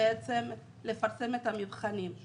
בעצם לפרסם את התבחינים.